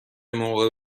موقع